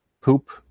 poop